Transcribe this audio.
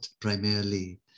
primarily